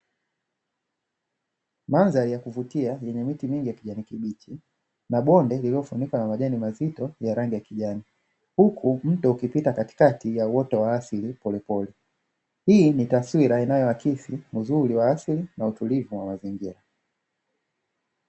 Mandhari ya kuvutia yenye miti mingi ya kijani kibichi na bonde lililofunikwa na majani mazito ya rangi ya kijani, huku mto ukipita katikati ya uoto wa asili polepole. Hii ni taswira inayoakisi uzuri wa asili na utulivu wa mazingira.